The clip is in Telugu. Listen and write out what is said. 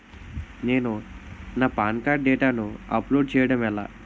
నేను నా పాన్ కార్డ్ డేటాను అప్లోడ్ చేయడం ఎలా?